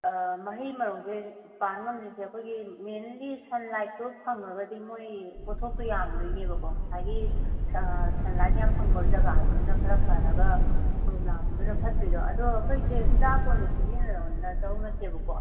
ꯃꯍꯩ ꯃꯔꯣꯡꯁꯦ ꯄꯥꯟ ꯉꯝꯗ꯭ꯔꯤꯁꯦ ꯑꯩꯈꯣꯏꯒꯤ ꯃꯦꯟꯂꯤ ꯁꯟꯂꯥꯏꯠꯇꯣ ꯐꯪꯉꯒꯗꯤ ꯃꯣꯏ ꯄꯣꯠꯊꯣꯛꯇꯣ ꯌꯥꯝꯗꯣꯏꯅꯦꯕꯀꯣ ꯉꯁꯥꯏꯒꯤ ꯁꯟꯂꯥꯏꯠ ꯌꯥꯝ ꯐꯪꯐꯝ ꯖꯒꯥꯁꯤꯗꯅ ꯈꯔ ꯐꯔꯒ ꯎꯔꯨꯝ ꯂꯥꯡꯕꯗꯨꯅ ꯐꯠꯇ꯭ꯔꯤꯗꯣ ꯑꯗꯣ ꯑꯩꯈꯣꯏꯁꯦ ꯍꯤꯗꯥꯛ ꯑꯣꯏꯅ ꯁꯤꯖꯤꯟꯅꯗꯧ ꯅꯠꯇꯦꯕꯀꯣ